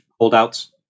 holdouts